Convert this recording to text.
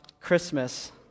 Christmas